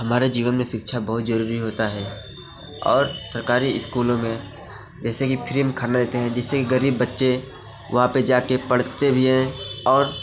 हमारे जीवन में शिक्षा बहुत ज़रूरी होता है और सरकारी इस्कूलों में जैसे कि फ़्री में खाना देते हैं जिससे कि ग़रीब बच्चे वहाँ पर जाकर पढ़ते भी हैं और